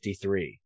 53